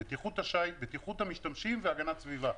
בטיחות השיט, בטיחות המשתמשים והגנת סביבה.